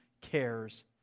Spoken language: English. cares